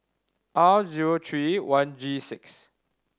R zero three one G six